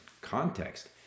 context